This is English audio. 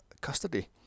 custody